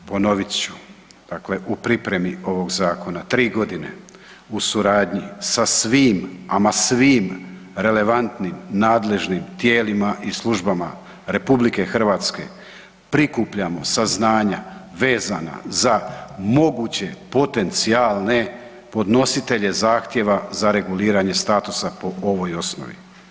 Ponovit ću, dakle u pripremi ovog zakona 3.g. u suradnji sa svim, ama svim relevantnim nadležnim tijelima i službama RH prikupljamo saznanja vezana za moguće potencijalne podnositelje zahtjeve za reguliranje statusa po ovoj osnovi.